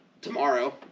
tomorrow